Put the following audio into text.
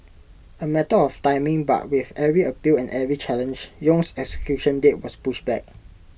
A matter of timing but with every appeal and every challenge Yong's execution date was pushed back